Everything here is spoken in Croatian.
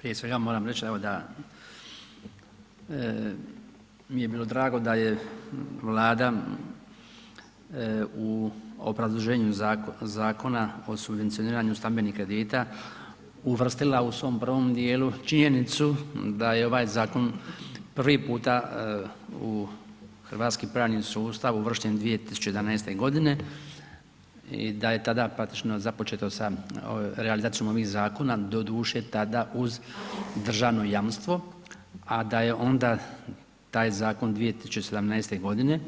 Prije svega moram reći da mi je bilo drago da je Vlada u obrazloženju Zakona o subvencioniranju stambenih kredita uvrstila u svom prvom djelu činjenicu da je ovaj zakon prvi puta u hrvatski pravni sustav uvršten 2011. g. i da je tada praktično započeto sa realizacijom ovih zakona, doduše tada uz državno jamstvo a da je onda taj zakon 2017. g.